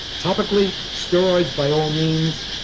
topical steroids by all means,